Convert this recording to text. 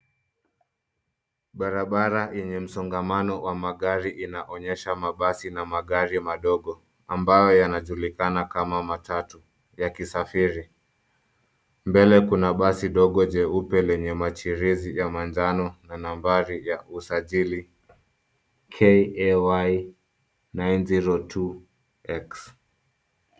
Barabara yenye msongamano wa magari inaonyesha mabasi, na magari madogo, ambao yanajulikana kama matatu, yakisafiri, mbele kuna basi dogo jeupe, lenye machirizi ya manjano, na nambari ya usajili, KAY 902 X.